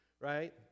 right